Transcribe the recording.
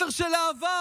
מסר של אהבה.